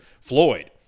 Floyd